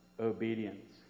obedience